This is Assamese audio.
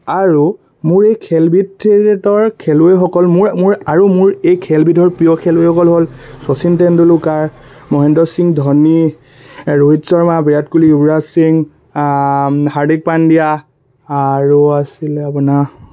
আৰু মোৰ এই খেলবিধৰ খেলুৱৈসকল মোৰ মোৰ আৰু মোৰ এই খেলবিধৰ প্ৰিয় খেলুৱৈসকল হ'ল শচীন তেণ্ডুলকাৰ মহেন্দ্ৰ সিং ধনী ৰোহিত শৰ্মা বিৰাট কোহলি য়ভৰাজ সিং হাৰ্দিক পাণ্ডিয়া আৰু আছিলে আপোনাৰ